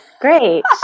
great